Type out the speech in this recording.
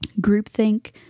groupthink